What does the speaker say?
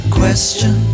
question